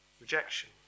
rejection